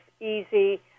easy